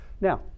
Now